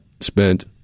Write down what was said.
spent—